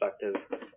perspective